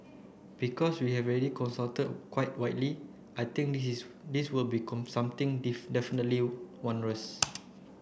because we have already consult quite widely I think this will be something definitely not onerous